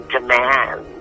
Demand